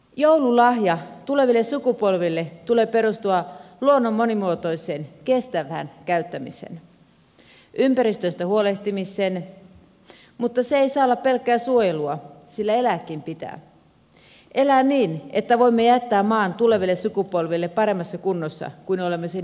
joululahjan tuleville sukupolville tulee perustua luonnon monimuotoiseen kestävään käyttämiseen ympäristöstä huolehtimiseen mutta se ei saa olla pelkkää suojelua sillä elääkin pitää elää niin että voimme jättää maan tuleville sukupolville paremmassa kunnossa kuin missä olemme sen itse saaneet